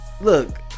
look